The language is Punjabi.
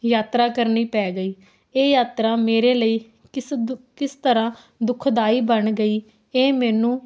ਯਾਤਰਾ ਕਰਨੀ ਪੈ ਗਈ ਇਹ ਯਾਤਰਾ ਮੇਰੇ ਲਈ ਕਿਸ ਦ ਕਿਸ ਤਰ੍ਹਾਂ ਦੁਖਦਾਈ ਬਣ ਗਈ ਇਹ ਮੈਨੂੰ